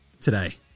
today